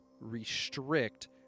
restrict